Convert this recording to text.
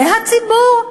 זה הציבור?